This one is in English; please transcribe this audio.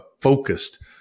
focused